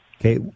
Okay